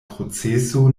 proceso